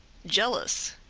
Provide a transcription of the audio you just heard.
jealous,